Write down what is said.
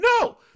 No